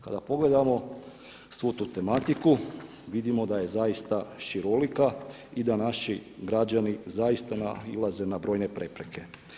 Kada pogledamo svu tu tematiku vidimo da je zaista šarolika i da naši građani zaista nailaze na brojne prepreke.